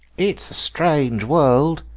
it's a strange world,